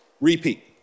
Repeat